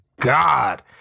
God